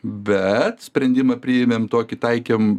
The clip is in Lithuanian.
bet sprendimą priėmėm tokį taikėm